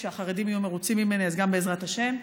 שהחרדים יהיו מרוצים ממני אז גם בעזרת השם,